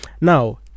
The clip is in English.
Now